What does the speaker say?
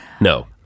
No